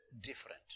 different